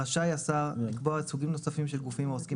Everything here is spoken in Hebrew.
רשאי השר לקבוע עוד סוגים נוספים של גופים העוסקים